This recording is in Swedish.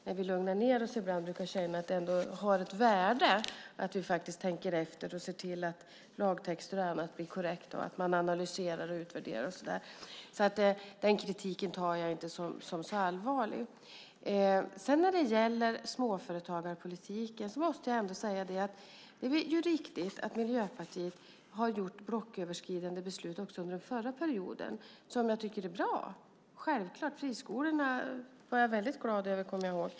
När vi lugnar ned oss brukar vi känna att det ändå har ett värde att vi faktiskt tänker efter och ser till att lagtexter och annat blir korrekta, att man analyserar och utvärderar och så där. Den kritiken ser jag därför inte som så allvarlig. När det gäller småföretagarpolitiken måste jag ändå säga att det är riktigt att Miljöpartiet har fattat blocköverskridande beslut också under den förra perioden som jag tycker är bra, självklart. Jag kommer ihåg att jag var väldigt glad när det gällde friskolorna.